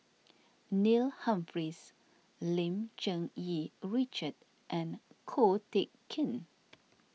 Neil Humphreys Lim Cherng Yih Richard and Ko Teck Kin